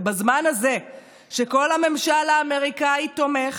ובזמן הזה שכל הממשל האמריקני תומך,